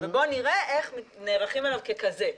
ובואו נראה איך נערכים אליו ככזה.